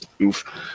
Oof